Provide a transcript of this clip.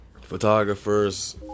photographers